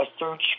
Search